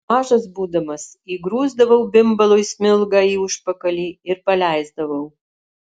mažas būdamas įgrūsdavau bimbalui smilgą į užpakalį ir paleisdavau